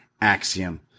Axiom